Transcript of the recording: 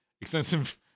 Extensive